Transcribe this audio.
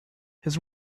his